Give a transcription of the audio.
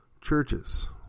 churches